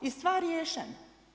I stvar riješena.